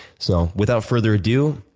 so without further ado,